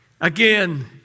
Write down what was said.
Again